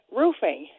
roofing